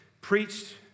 preached